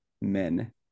men